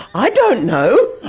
i don't know.